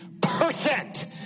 percent